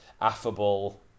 affable